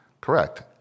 Correct